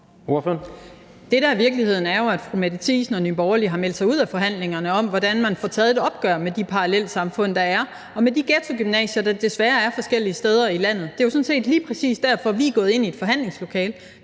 Det, der er virkeligheden, er jo, at fru Mette Thiesen og Nye Borgerlige har meldt sig ud af forhandlingerne om, hvordan man får taget et opgør med de parallelsamfund, der er, og med de ghettogymnasier, der desværre er forskellige steder i landet. Det er sådan set lige præcis derfor, vi er gået ind i et forhandlingslokale